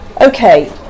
Okay